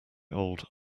old